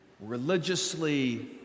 religiously